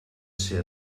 ser